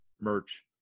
merch